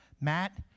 Matt